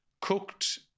cooked